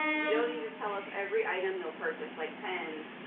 you don't need to tell us every item you'll purchase, like pens,